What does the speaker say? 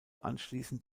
anschließend